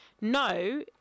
no